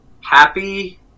happy